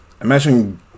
imagine